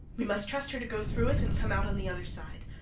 we must trust her to go through it and come out on the other side.